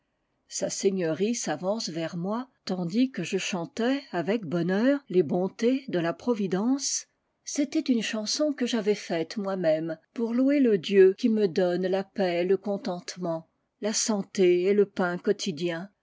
sa seigneurie s'avance vers moi tandis que je chantais avec bonheur les bontés de la providence c'était une chanson que j'avais faite moi môme pour louer le dieu qui me donne la paix et le contentement la santé et le pain quotidien